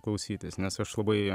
klausytis nes aš labai